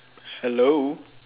hello